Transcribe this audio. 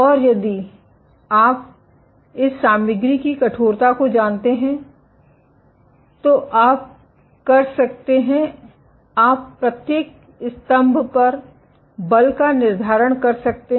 और यदि आप इस सामग्री की कठोरता को जानते हैं तो आप कर सकते हैं आप प्रत्येक स्तंभ पर बल का निर्धारण कर सकते हैं